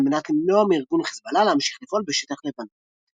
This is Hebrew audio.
על מנת למנוע מארגון חזבאללה להמשיך לפעול בשטח לבנון.